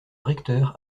recteur